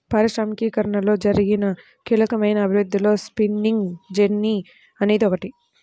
పారిశ్రామికీకరణలో జరిగిన కీలకమైన అభివృద్ధిలో స్పిన్నింగ్ జెన్నీ అనేది ఒకటి